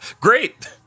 Great